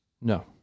No